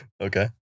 Okay